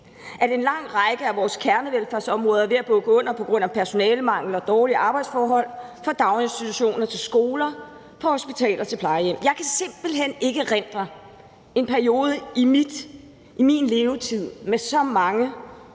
at en lang række af vores kernevelfærdsområder er ved at bukke under på grund af personalemangel og dårlige arbejdsforhold – det er fra daginstitutioner til skoler, fra hospitaler til plejehjem. Jeg kan simpelt hen ikke erindre en periode i min levetid med så mange